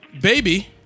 baby